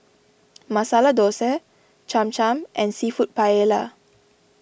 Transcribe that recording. Masala Dosa Cham Cham and Seafood Paella